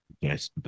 yes